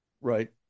right